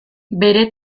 bere